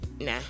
Nah